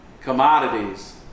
commodities